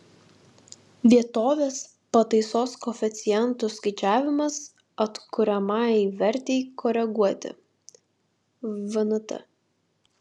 vietovės pataisos koeficientų skaičiavimas atkuriamajai vertei koreguoti vnt